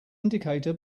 indicator